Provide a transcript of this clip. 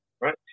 right